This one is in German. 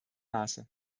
maße